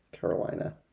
Carolina